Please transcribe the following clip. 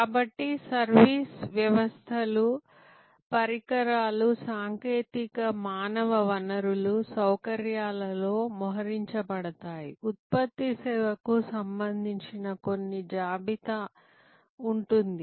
కాబట్టి సర్వీస్ వ్యవస్థలు పరికరాలు సాంకేతికత మానవ వనరులు సౌకర్యాలలో మోహరించబడతాయి ఉత్పత్తి సేవకు సంబంధించిన కొన్ని జాబితా ఉంటుంది